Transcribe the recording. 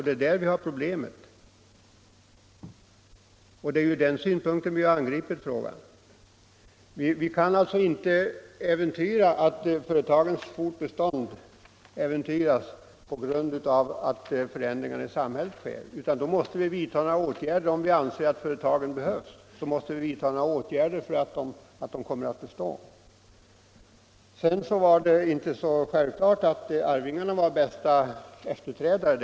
Det är ur den synpunkten vi har angripit frågan. Vi kan alltså inte låta företagens fortbestånd äventyras på grund av att det sker förändringar i samhället. Om vi anser att företagen behövs, måste vi vidta några åtgärder för att de skall bestå. Sedan var det inte så säkert att arvingarna var bästa efterträdare.